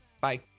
bye